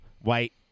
white